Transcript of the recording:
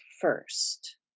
first